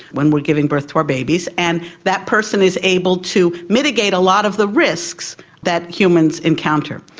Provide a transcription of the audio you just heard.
when we are giving birth to our babies, and that person is able to mitigate a lot of the risks that humans encounter.